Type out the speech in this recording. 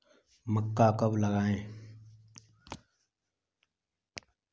मक्का कब लगाएँ?